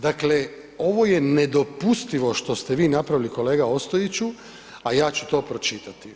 Dakle ovo je nedopustivo što ste vi napravili, kolega Ostojiću, a ja ću to pročitati.